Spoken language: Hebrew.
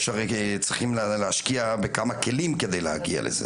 צריכים להשקיע בכמה כלים כדי להגיע לזה,